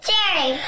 Jerry